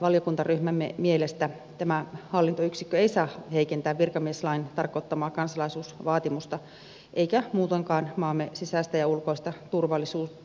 valiokuntaryhmämme mielestä tämä hallintoyksikkö ei saa heikentää virkamieslain tarkoittamaa kansalaisuusvaatimusta eikä muutoinkaan maamme sisäistä ja ulkoista turvallisuutta